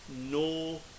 no